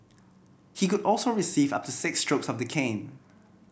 he could also receive up to six strokes of the cane